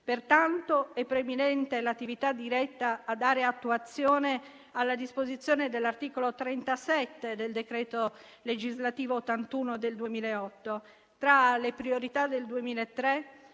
pertanto è preminente l'attività diretta a dare attuazione alla disposizione dell'articolo 37 del decreto legislativo n. 81 del 2008. Tra le priorità del 2023